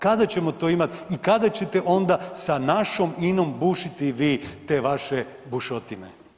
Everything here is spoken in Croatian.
Kada ćemo to imat i kada ćete onda sa našom INA-om bušiti vi te vaše bušotine?